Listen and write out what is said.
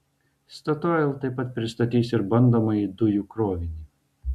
statoil taip pat pristatys ir bandomąjį dujų krovinį